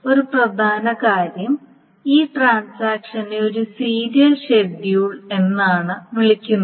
ഒരു പ്രധാന കാര്യം ഈ ട്രാൻസാക്ഷനെ ഒരു സീരിയൽ ഷെഡ്യൂൾ എന്നാണ് വിളിക്കുന്നത്